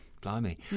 Blimey